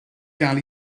gael